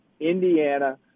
Indiana